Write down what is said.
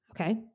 okay